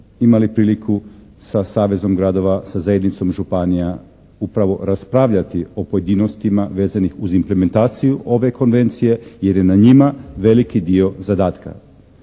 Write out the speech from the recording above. imali priliku sa savezom gradova, sa zajednicom županija upravo raspravljati o pojedinostima vezanih uz implementaciju ove konvencije jer je na njima veliki dio zadatka?